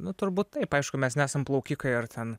nu turbūt taip aišku mes nesam plaukikai ar ten